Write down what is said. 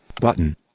button